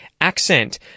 accent